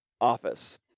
office